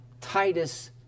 Titus